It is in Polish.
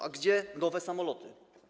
A gdzie nowe samoloty?